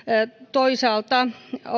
toisaalta oikeusasiamiehen kannanottoja ja